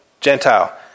Gentile